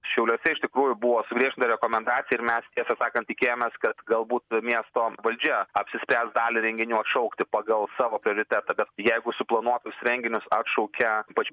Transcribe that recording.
šiauliuose iš tikrųjų buvo sugriežtinta rekomendacija ir mes tiesą sakant tikėjomės kad galbūt miesto valdžia apsispręs dalį renginių atšaukti pagal savo prioritetą bet jeigu suplanuotus renginius atšaukia ypač